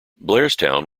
blairstown